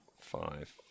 Five